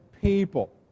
people